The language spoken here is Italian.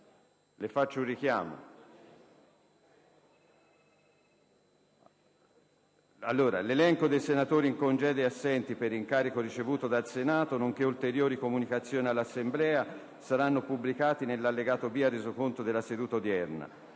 PRESIDENTE. L'elenco dei senatori in congedo e assenti per incarico ricevuto dal Senato nonché ulteriori comunicazioni all'Assemblea saranno pubblicati nell'allegato B al Resoconto della seduta odierna.